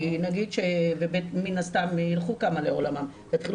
כי מן הסתם ילכו כמה לעולמם ותתחילו